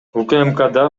укмкда